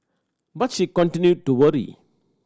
but she continued to worry